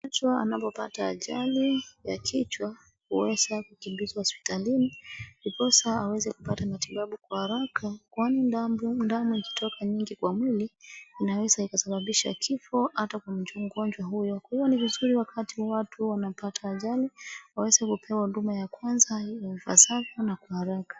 Mtu anapopata ajali ya kichwa huweza kukimbizwa hospitalini, ndiposa aweze kupata matibabu kwa haraka. Kwani damu ikitoka nyingi kwa mwili inaweza ikasababisha kifo hata kwa mgonjwa huyo. Kwa hivyo ni vizuri wakati watu wanapata ajali waweze kupewa huduma ya kwanza ifasavyo na kwa haraka.